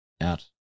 out